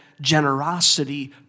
generosity